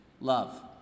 love